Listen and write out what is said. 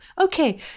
Okay